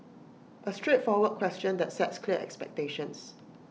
A straightforward question that sets clear expectations